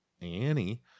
Annie